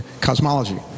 cosmology